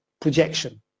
projection